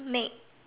make